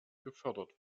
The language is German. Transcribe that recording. gefördert